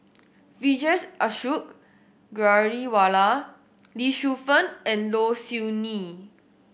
Vijesh Ashok Ghariwala Lee Shu Fen and Low Siew Nghee